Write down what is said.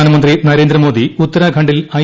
പ്രധാനമന്ത്രി നരേന്ദ്രമോദി ഉത്തരാഖണ്ഡിൽ ഐ